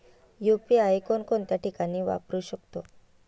UPI कोणकोणत्या ठिकाणी वापरू शकतो?